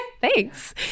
Thanks